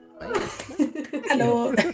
Hello